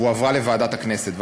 והועברה לוועדת הכנסת.